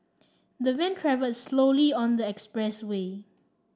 the van travelled slowly on the expressway